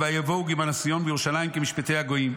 ויבנו גימנסיון בירושלים כמשפטי הגויים.